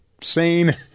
sane